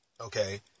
okay